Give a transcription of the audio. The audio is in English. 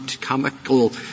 comical